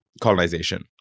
colonization